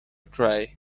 try